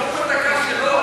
נאום הדקה שלו.